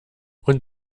und